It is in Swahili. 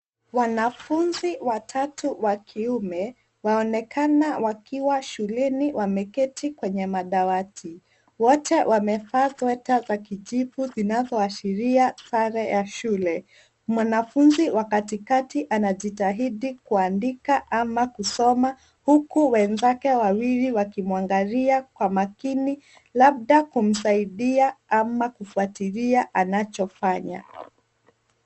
Wanafunzi watatu wa kiume waonekana wakiwa shuleni kwenye madawati. Wote wamevaa sweta za kijivu zinazoashiria sare ya shule. Mwanafunzi wa katikati anajitahidi kuandika ama kusoma huku wenzake wawili wakimwangalia kwa makini labda kumsaidia ama kufuatilia anachofanya.